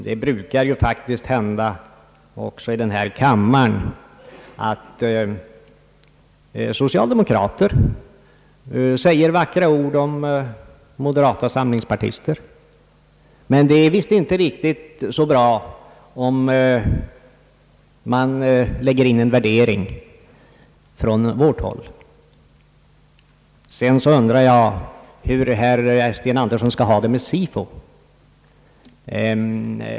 Det brukar faktiskt hända också i denna kammare att socialdemokrater säger vackra ord om medlemmar av moderata samlingspartiet. Men det anses visst inte riktigt så bra om vi lägger in en värdering från vårt håll. Jag undrar hur herr Sten Andersson skall ha det med SIFO.